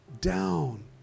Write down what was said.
down